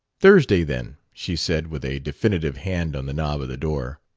thursday, then, she said, with a definitive hand on the knob of the door.